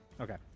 Okay